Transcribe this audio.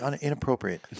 inappropriate